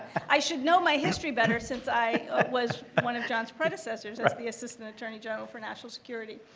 i should know my history better since i was one of john's predecessors as the assistant attorney general for national security,